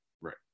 Right